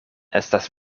estas